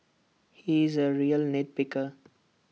he is A real nit picker